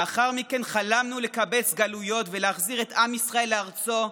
לאחר מכן חלמנו לקבץ גלויות ולהחזיר את עם ישראל לארצו,